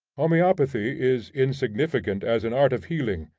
homoeopathy is insignificant as an art of healing,